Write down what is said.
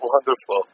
Wonderful